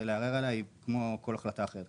אפשר לערער עליה כמו על כל החלטה אחרת,